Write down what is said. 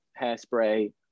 hairspray